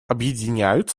объединяют